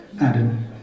Adam